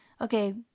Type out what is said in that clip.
okay